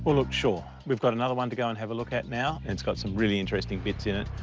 look, sure. we've got another one to go and have a look at now, and it's got some really interesting bits in it.